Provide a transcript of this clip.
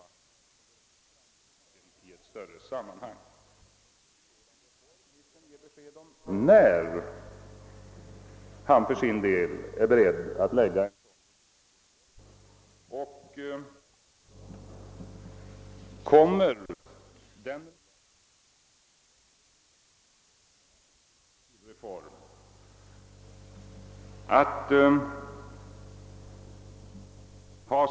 Vill finansministern ge besked om när han för sin del är beredd att lägga fram ett sådant reformförslag?